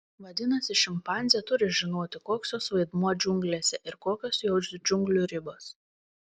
vadinasi šimpanzė turi žinoti koks jos vaidmuo džiunglėse ir kokios jos džiunglių ribos